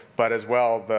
but as well,